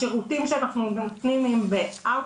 השירותים שאנחנו נותנים הם באאוט